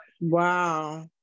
Wow